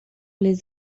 les